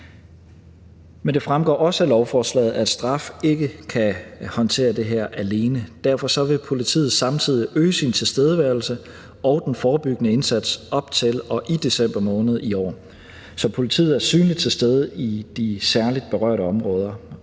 Det fremgår også af lovforslaget, at straf ikke kan håndtere det her alene. Derfor vil politiet samtidig øge sin tilstedeværelse og den forebyggende indsats op til og i december måned i år, så politiet er synligt til stede i de særligt berørte områder.